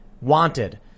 wanted